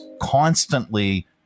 constantly